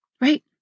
Right